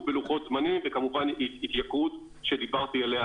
בלוחות זמנים וכמובן התייקרות שדיברתי עליה